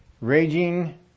Raging